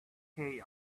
chaos